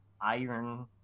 iron